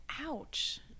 Ouch